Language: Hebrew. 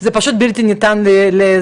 וזה פשוט בלתי ניתן לביצוע,